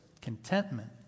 contentment